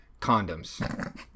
condoms